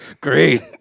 Great